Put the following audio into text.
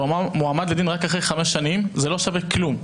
הוא מועמד לדין רק אחרי חמש שנים זה לא שווה כלום.